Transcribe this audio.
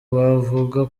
bavuga